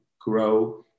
grow